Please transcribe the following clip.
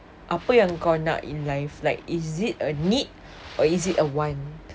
apa yang kau nak in life like is it a need or is it a want